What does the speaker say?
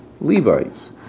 Levites